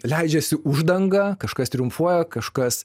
leidžiasi uždanga kažkas triumfuoja kažkas